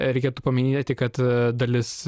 reikėtų paminėti kad dalis